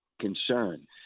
concern